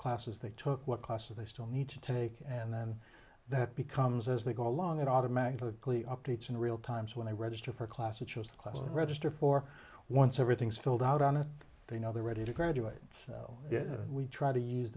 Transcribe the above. classes they took what class they still need to take and then that becomes as they go along it automatically updates in real times when i register for classes class and register for once everything is filled out on it they know they're ready to graduate yet we try to use